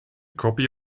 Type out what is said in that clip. copy